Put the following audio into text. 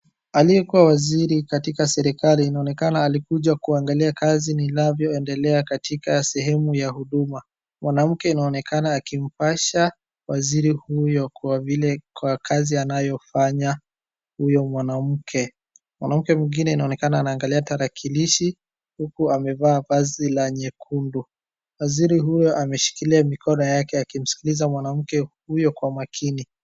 Aliyekuwa waziri katika serikali inaonekana alikuja kuangalia kazi inavyoendelea katika sehemu ya huduma. Mwanamke anaonekana akimpasha waziri huyo, kwa kazi anayofanya huyo mwanamke, mwanamke mwingine anaonenekana akiangalia tarakilishi huku amevaa vazi la nyekundu. Waziri huyo ameshikilia mikono yake akimsikiliza mwanamke huyo kwa makini.